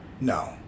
no